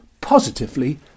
positively